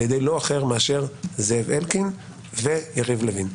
על ידי לא אחר מאשר זאב אלקין ויריב לוין.